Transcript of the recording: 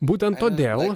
būtent todėl